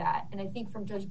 that and i think from just